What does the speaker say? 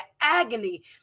agony